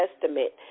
testament